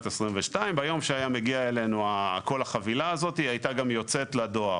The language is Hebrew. היא הייתה גם יוצאת לדואר,